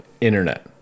internet